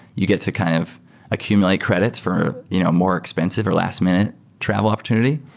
you get to kind of accumulate credits for you know more expensive or last-minute travel opportunity.